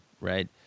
Right